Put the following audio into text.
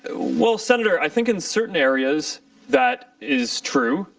well, senator, i think in certain areas that is true.